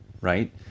right